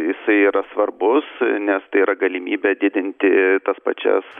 jisai yra svarbus nes tai yra galimybė didinti tas pačias